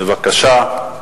בבקשה.